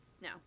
no